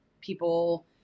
people